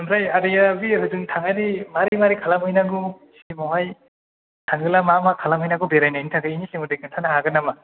ओमफ्राय आदाया बि हजों थांनानै मारै मारै खालामहैनांगौ सिक्कमआवहाय थाङोब्ला मा मा खालामहैनांगौ बेरायनायनि थाखाय बेनि सोमोन्दै खिन्थानो हागोन नामा